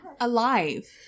alive